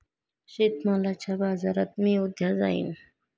शेतमालाच्या बाजारात मी उद्या जाईन